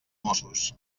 mossos